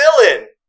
villain